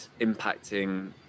impacting